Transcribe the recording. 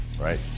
right